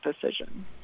decision